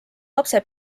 lapse